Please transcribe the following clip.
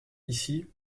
ici